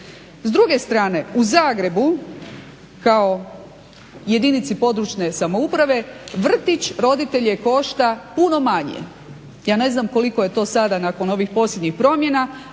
S druge strane u Zagrebu kao jedinici područne samouprave vrtić roditelje košta puno manje. Ja ne znam koliko je to sada nakon ovih posljednjih promjena